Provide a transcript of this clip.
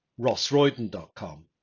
rossroyden.com